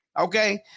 Okay